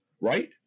right